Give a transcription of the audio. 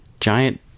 giant